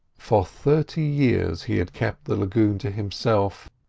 for thirty years he had kept the lagoon to himself,